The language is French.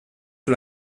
sur